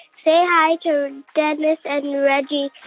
say hi to dennis and reggie